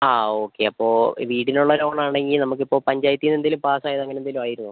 ആ ഓക്കെ അപ്പോൾ വീടിനുള്ള ലോൺ ആണെങ്കിൽ നമുക്ക് ഇപ്പോൾ പഞ്ചായത്തിൽ നിന്ന് എന്തെങ്കിലും പാസ് ആയത് അങ്ങനെ എന്തെങ്കിലും ആയിരുന്നോ